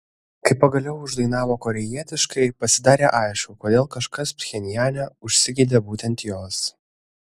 kai pagaliau uždainavo korėjietiškai pasidarė aišku kodėl kažkas pchenjane užsigeidė būtent jos